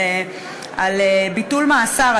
על ביטול מאסר,